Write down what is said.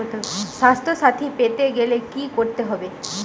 স্বাস্থসাথী পেতে গেলে কি করতে হবে?